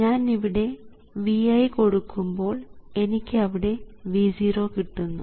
ഞാനിവിടെ Vi കൊടുക്കുമ്പോൾ എനിക്ക് അവിടെ V0 കിട്ടുന്നു